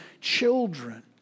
children